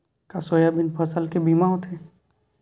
का सोयाबीन फसल के बीमा होथे?